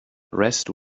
rest